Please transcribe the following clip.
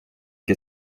que